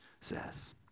says